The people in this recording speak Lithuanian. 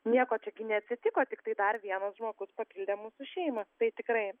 nieko čiagi neatsitiko tiktai dar vienas žmogus papildė mūsų šeimą tai tikrai